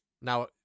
Now